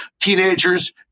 teenagers